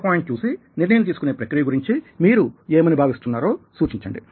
PPT చూసి నిర్ణయం తీసుకునే ప్రక్రియ గురించి మీరు ఏమని భావిస్తున్నారో సూచించండి